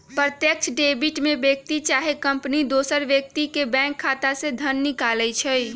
प्रत्यक्ष डेबिट में व्यक्ति चाहे कंपनी दोसर व्यक्ति के बैंक खता से धन निकालइ छै